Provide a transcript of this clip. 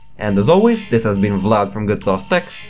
and as always, this has been vlad from goodsauce tech,